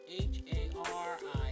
H-A-R-I